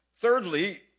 Thirdly